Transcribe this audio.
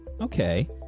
okay